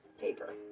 paper